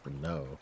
no